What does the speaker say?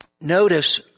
notice